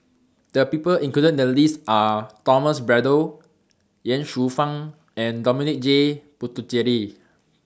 The People included in The list Are Thomas Braddell Ye Shufang and Dominic J Puthucheary